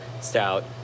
stout